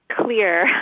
clear